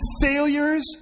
failures